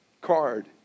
card